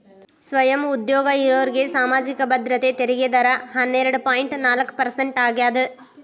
ಸ್ವಯಂ ಉದ್ಯೋಗ ಇರೋರ್ಗಿ ಸಾಮಾಜಿಕ ಭದ್ರತೆ ತೆರಿಗೆ ದರ ಹನ್ನೆರಡ್ ಪಾಯಿಂಟ್ ನಾಲ್ಕ್ ಪರ್ಸೆಂಟ್ ಆಗ್ಯಾದ